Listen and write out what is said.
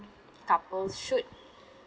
couples should